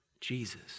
Jesus